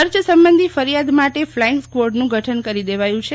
ખર્ચ સંબંધિત ફરિથાદ માટે ફલાઈંગ સ્કવોર્ડનું ગઠન કરી દેવાયુ છે